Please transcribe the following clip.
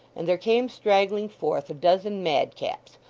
and there came straggling forth a dozen madcaps,